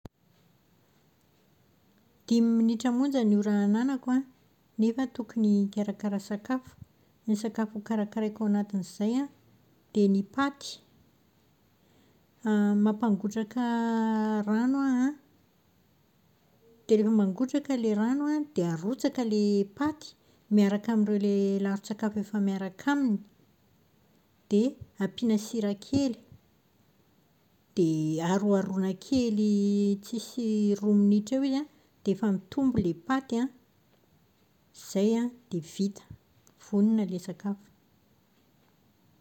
Dimy minitra monja ny ora ananako an, nefa aho tokony hikarakara sakafo. Ny sakafo hokarakaraiky ao anatin'izany an, dia ny paty. Mampangotra rano aho an, dia rehefa mangotraka ilay rano an, dia arotsaka ilay paty miarak amin'ireo ilay laron-tsakafo efa miaraka aminy. Dia ampiana sira kely. Dia aroharoana kely tsisy roa minitra eo izy an, dia efa mitombo ilay paty an, izay dia vita. Vonona ilay sakafo.